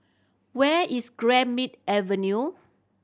where is Greenmead Avenue